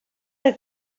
are